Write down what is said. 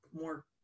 more